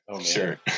sure